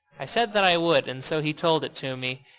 i said that i would and so he told it to me,